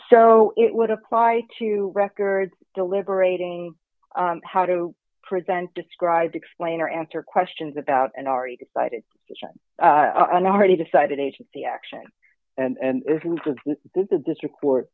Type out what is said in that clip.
so it would apply to records deliberating how to present describe explain or answer questions about an already decided an already decided agency action and the district court